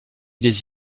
les